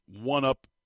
one-up